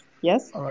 yes